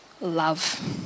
love